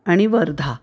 आणि वर्धा